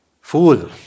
Fool